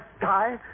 die